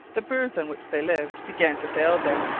the birds on which they lived began to fail them,